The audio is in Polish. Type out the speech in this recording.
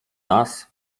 nas